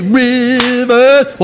rivers